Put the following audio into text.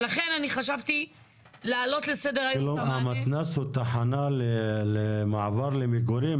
ולכן אני חשבתי להעלות לסדר היום --- המתנ"ס הוא תחנה למעבר למגורים?